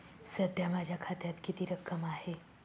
सध्या माझ्या खात्यात किती रक्कम आहे?